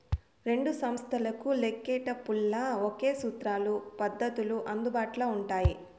రెండు సంస్తలకు లెక్కేటపుల్ల ఒకే సూత్రాలు, పద్దతులు అందుబాట్ల ఉండాయి